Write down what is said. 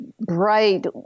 bright